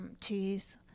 cheese